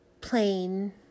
plain